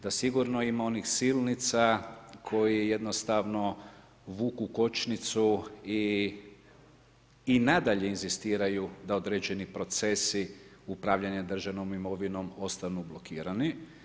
Da sigurno ima onih silnica, koji jednostavno vuču kočnicu i nadalje inzistiraju da određeni procesi upravljanje državnom imovinom ostanu blokirani.